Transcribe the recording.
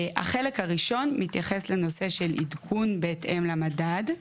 החלק הראשון מתייחס לנושא של עדכון של בהתאם למדד,